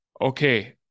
Okay